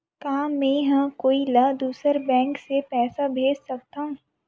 का मेंहा कोई ला दूसर बैंक से पैसा भेज सकथव?